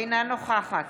אינה נוכחת